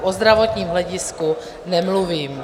O zdravotním hledisku nemluvím.